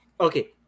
Okay